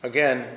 Again